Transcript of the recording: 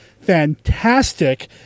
fantastic